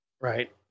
Right